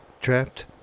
Trapped